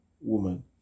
woman